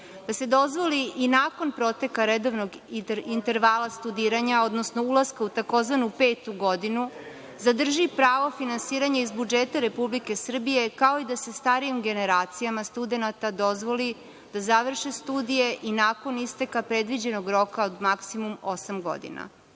godinu dozvoli i nakon proteka redovnog intervala studiranja, odnosno ulaska u tzv. petu godinu zadrži pravo finansiranja iz budžeta Republike Srbije, kao i da se starijim generacijama studenata dozvoli da završe studije i nakon isteka predviđenog roka od maksimum osam godina. Iako